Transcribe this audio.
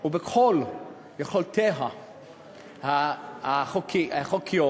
ובכל יכולותיה החוקיות